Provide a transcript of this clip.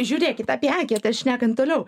žiūrėkit apie eketę šnekant toliau